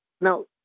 Now